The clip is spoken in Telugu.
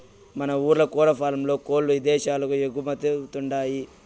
మన ఊర్ల కోల్లఫారం కోల్ల్లు ఇదేశాలకు ఎగుమతవతండాయ్